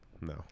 No